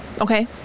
Okay